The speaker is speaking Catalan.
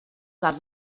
dels